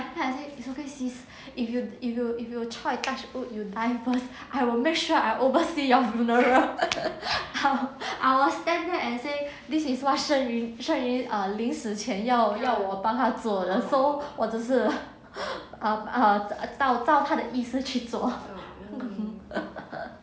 ya then I see it's okay sis if you if you if you !choy! touch wood you die first I will make sure I over see your funeral I will I will stand there and say this is what sheng yu sheng yu 临死前要要我帮他做的 so 我只是 err err 到照他的意思去做